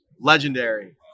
legendary